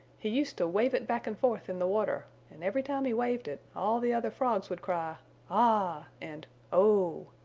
he used to wave it back and forth in the water, and every time he waved it all the other frogs would cry ah! and oh!